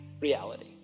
reality